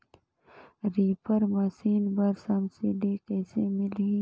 Reaper machine बर subsidy कइसे मिलही?